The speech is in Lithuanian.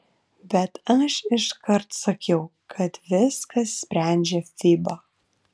bet aš iškart sakiau kad viską sprendžia fiba